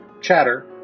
Chatter